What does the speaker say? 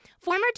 Former